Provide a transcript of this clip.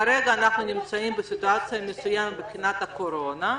כרגע אנחנו נמצאים בסיטואציה מסוימת מבחינת הקורונה.